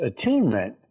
attunement